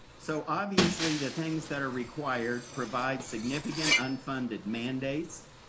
so obviously, the things that are required provides significant unfunded mandates.